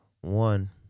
One